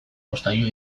jostailu